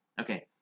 Okay